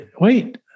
wait